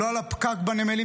לא על הפקק בנמלים,